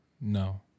No